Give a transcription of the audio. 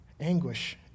anguish